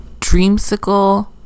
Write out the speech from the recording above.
dreamsicle